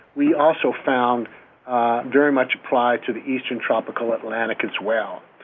we also found very much applied to the eastern tropical atlantic as well.